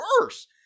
worse